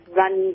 run